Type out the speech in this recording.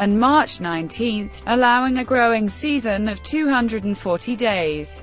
and march nineteen, allowing a growing season of two hundred and forty days.